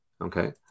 Okay